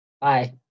bye